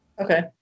okay